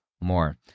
more